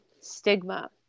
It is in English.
stigma